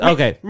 Okay